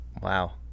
Wow